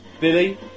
Billy